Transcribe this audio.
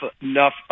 enough